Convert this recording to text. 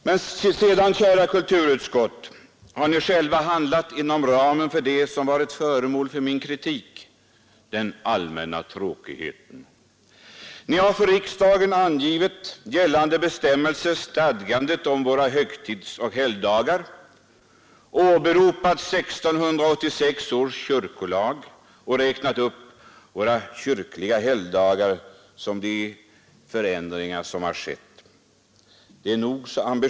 Men sedan, kära kulturutskottsledamöter, har ni själva handlat helt inom ramen för det som varit föremål för min kritik: den allmänna tråkigheten. Ni har för riksdagen angivit gällande bestämmelser, stadgandet om våra högtidsoch helgdagar, åberopat 1686 års kyrkolag och räknat upp alla våra kyrkliga helgdagar samt de förändringar som skett.